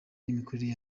n’imikorere